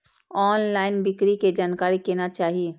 Online बिक्री के जानकारी केना चाही?